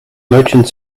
merchant